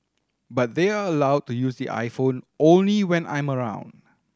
but they are allowed to use the iPhone only when I'm around